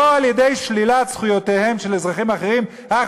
לא על-ידי שלילת זכויותיהם של אזרחים אחרים אך